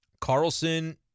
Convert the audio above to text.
Carlson